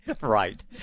Right